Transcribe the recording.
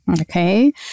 Okay